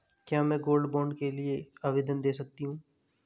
क्या मैं gold bond के लिए आवेदन दे सकती हूँ?